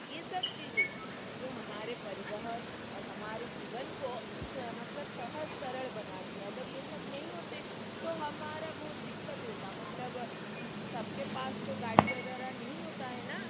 ये सब चीज़ें जो हमारे परिवहन और हमारे जीवन को मतलब सहज सरल बनाती अगर ये सब नहीं होते तो हमारा बहुत दिक्कत होता मतलब किसी सब के पास तो गाड़ी वग़ैरह नहीं होता है ना